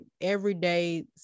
everyday